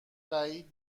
بعید